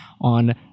on